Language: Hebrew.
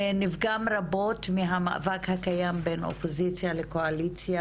נפגם רבות מהמאבק הקיים בין האופוזיציה לקואליציה,